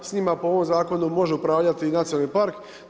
S njima po ovom zakonu, može upravljati i nacionalni park.